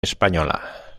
española